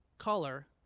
color